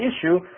issue